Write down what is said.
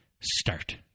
start